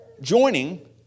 joining